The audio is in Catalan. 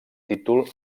títol